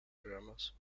dramas